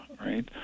right